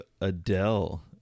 Adele